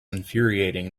infuriating